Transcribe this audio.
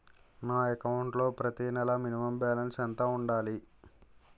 నా అకౌంట్ లో ప్రతి నెల మినిమం బాలన్స్ ఎంత ఉండాలి?